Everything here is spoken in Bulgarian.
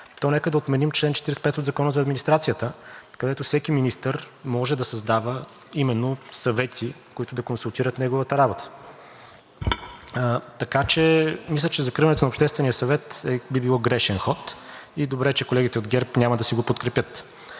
то нека да отменим чл. 45 от Закона за администрацията, където всеки министър може да създава именно съвети, които да консултират неговата работа. Мисля, че закриването на Обществения съвет би било грешен ход, и добре, че колегите от ГЕРБ няма да си го подкрепят.